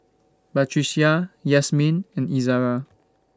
Batrisya Yasmin and Izara